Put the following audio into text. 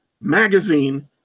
magazine